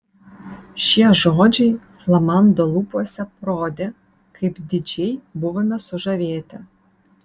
šie žodžiai flamando lūpose rodė kaip didžiai buvome sužavėti